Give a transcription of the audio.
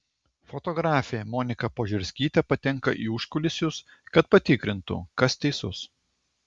fotografė monika požerskytė patenka į užkulisius kad patikrintų kas teisus